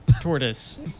Tortoise